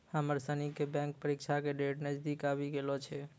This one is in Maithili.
हमरा सनी के बैंक परीक्षा के डेट नजदीक आवी गेलो छै